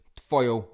twoją